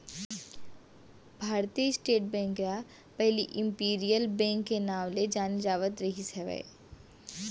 भारतीय state bank ल पहिली इम्पीरियल बेंक के नांव ले जाने जावत रिहिस हवय